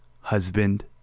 husband